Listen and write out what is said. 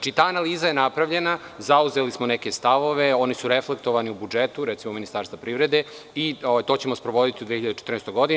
Dakle, ta analiza je napravljena, zauzeli smo neke stavove, oni su reflektovani u budžetu, recimo Ministarstva privrede i to ćemo sprovoditi u 2014. godini.